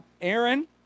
Aaron